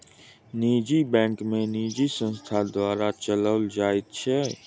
निजी बैंक निजी संस्था द्वारा चलौल जाइत अछि